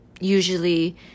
usually